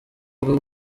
bwo